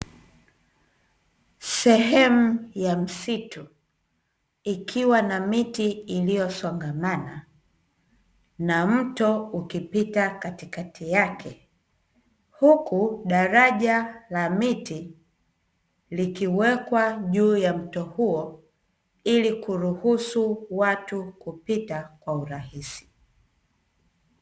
Sehemu ya msitu ikiwa na miti iliyosongamana na mto ukipita katikati yake, huku daraja la miti likiwekwa juu ya mto huo, ili kuruhusu watu kupita kwa urahisi.